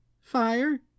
Fire